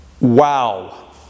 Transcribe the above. Wow